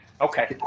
Okay